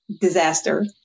disaster